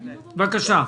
בבקשה.